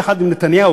יחד עם נתניהו,